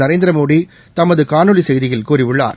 நரேந்திரமோடிதமதுகாணொலிசெய்தியில் கூறியுள்ளார்